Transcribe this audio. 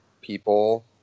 people